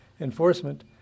enforcement